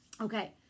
Okay